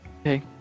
Okay